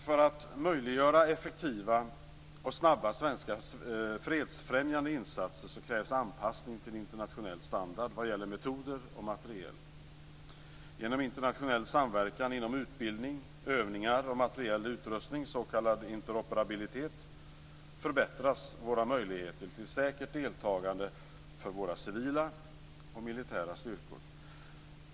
För att möjliggöra effektiva och snabba svenska fredsfrämjande insatser krävs anpassning till internationell standard vad gäller metoder och materiel. Genom internationell samverkan inom utbildning, övningar och materiell utrustning, s.k. interoperabilitet, förbättras våra möjligheter till säkert deltagande för våra civila och militära styrkor.